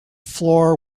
floor